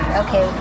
okay